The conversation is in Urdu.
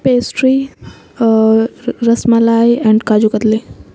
pastry rasmalai and kaju katli